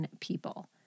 people